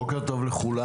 בוקר טוב לכולם,